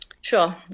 Sure